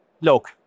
look